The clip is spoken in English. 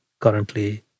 currently